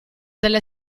delle